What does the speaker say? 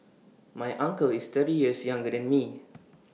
my uncle is thirty years younger than me